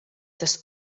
tas